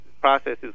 processes